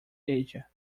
asia